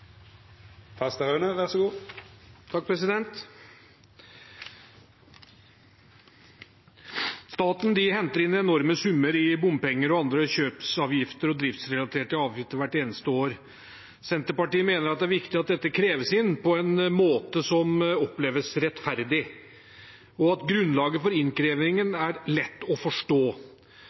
andre kjøpsavgifter og driftsrelaterte avgifter hvert eneste år. Senterpartiet mener at det er viktig at dette kreves inn på en måte som oppleves rettferdig, og at grunnlaget for innkrevingen er lett å forstå.